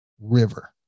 river